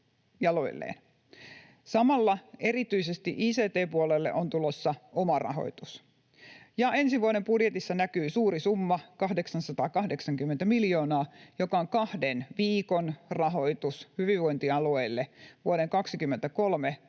Samalla erityisesti ict-puolelle on tulossa oma rahoitus. Ja ensi vuoden budjetissa näkyy suuri summa, 880 miljoonaa, joka on kahden viikon rahoitus hyvinvointialueille vuoden 23